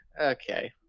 okay